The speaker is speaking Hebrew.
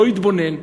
לא התבונן לעומק,